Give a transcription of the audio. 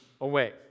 away